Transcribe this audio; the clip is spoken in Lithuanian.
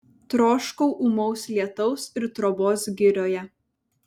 troškau ūmaus lietaus ir trobos girioje